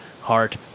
Heart